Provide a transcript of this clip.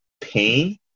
pain